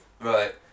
Right